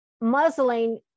muzzling